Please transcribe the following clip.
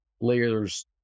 layers